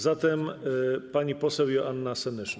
Zatem pani poseł Joanna Senyszyn.